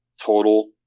total